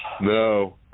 No